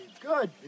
good